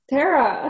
Tara